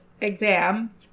exam